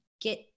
get